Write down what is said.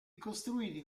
costruiti